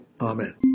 Amen